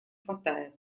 хватает